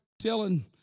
telling